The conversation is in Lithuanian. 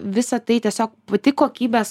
visa tai tiesiog pati kokybės